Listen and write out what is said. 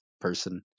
person